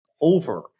over